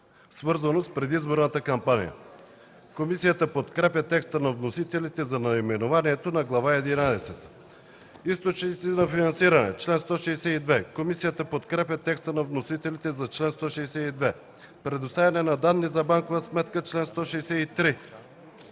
свързано с предизборната кампания”. Комисията подкрепя текста на вносителите за наименованието на Глава единадесета. „Източници на финансиране” – чл. 162. Комисията подкрепя текста на вносителите за чл. 162. „Предоставяне на данни за банкова сметка” – чл. 163.